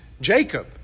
Jacob